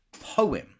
poem